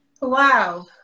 wow